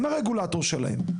הם הרגולטור שלהם.